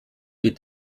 feed